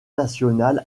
national